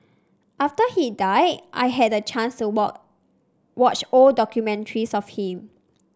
after he died I had the chance to watch old documentaries of him